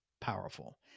powerful